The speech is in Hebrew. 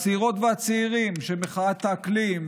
הצעירות והצעירים של מחאת האקלים,